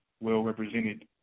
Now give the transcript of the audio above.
well-represented